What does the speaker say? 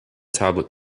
tablet